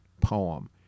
poem